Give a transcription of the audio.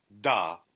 Da